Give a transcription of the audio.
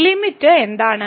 ഈ ലിമിറ്റ് എന്താണ്